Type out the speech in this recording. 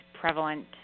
prevalent